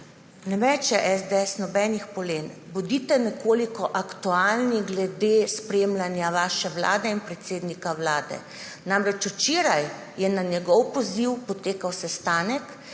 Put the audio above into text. Ne meče SDS nobenih polen. Bodite nekoliko aktualni glede spremljanja vaše vlade in predsednika vlade. Namreč včeraj je na njegov poziv potekal sestanek,